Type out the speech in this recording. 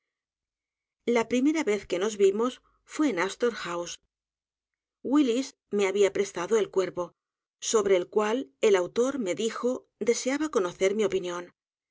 la primera vez que nos vimos fué en astor house willis me había prestado el cuervo sobre el cual el autor me dijo deseaba conocer mi opinión